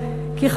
כי,